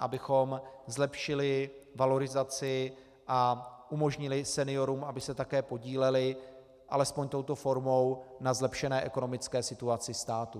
abychom zlepšili valorizaci a umožnili seniorům, aby se také podíleli, alespoň touto formou, na zlepšené ekonomické situaci státu.